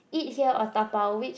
eat here or dabao which